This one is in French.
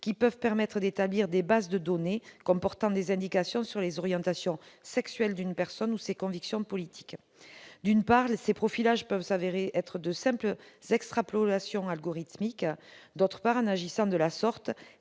qui peuvent permettre d'établir des bases de données comportant des indications sur les orientations sexuelles d'une personne ou ses convictions politiques. D'une part, ces profilages peuvent se révéler de simples extrapolations algorithmiques et, d'autre part, en agissant de la sorte,